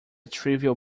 trivial